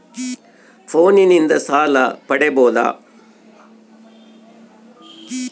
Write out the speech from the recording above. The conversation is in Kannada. ಫೋನಿನಿಂದ ಸಾಲ ಪಡೇಬೋದ?